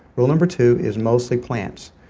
rule number two is mostly plants.